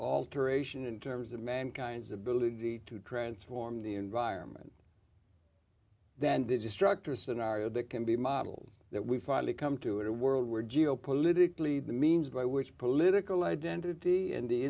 alteration in terms of mankind's ability to transform the environment that the destructor scenario that can be modeled that we finally come to a world where geopolitically the means by which political identity and the